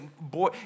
boy